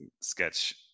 sketch